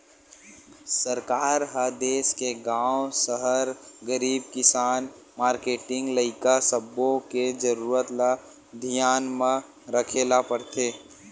सरकार ह देस के गाँव, सहर, गरीब, किसान, मारकेटिंग, लइका सब्बो के जरूरत ल धियान म राखे ल परथे